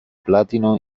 platino